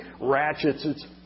ratchets